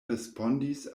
respondis